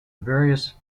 various